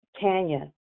Tanya